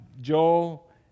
Joel